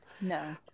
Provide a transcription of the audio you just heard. No